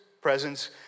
presence